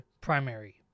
primary